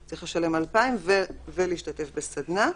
הוא צריך לשלם 2,000 ולהשתתף בסדנה.